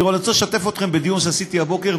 אני רוצה לשתף אתכם בדיון שעשיתי הבוקר,